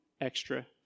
extra